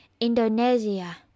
Indonesia